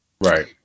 Right